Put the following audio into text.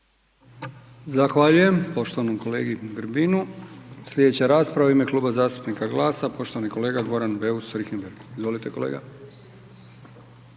Zahvaljujem poštovanom kolegi Grbinu. Slijedeća rasprava u ime Kluba zastupnika GLAS-a, poštovani kolega Goran Beus Richembergh. Izvolite, kolega.